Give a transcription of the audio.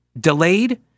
delayed